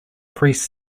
priest